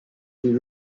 des